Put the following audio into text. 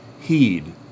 heed